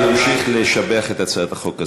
הוא ימשיך לשבח את הצעת החוק,